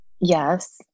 Yes